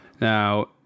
Now